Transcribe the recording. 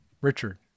Richard